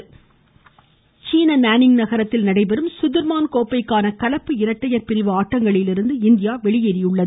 badminton சீன Nanning நகரத்தில் நடைபெறும் சுதிர்மான் கோப்பைக்கான கலப்பு இரட்டையர் பிரிவு ஆட்டங்களிலிருந்து இந்தியா வெறியேறியுள்ளது